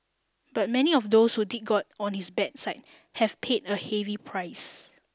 but many of those who did get on his bad side have paid a heavy price